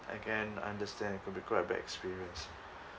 I can understand could be quite a bad experience